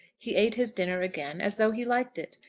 he ate his dinner again as though he liked it,